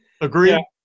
Agree